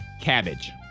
cabbage